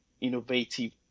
innovative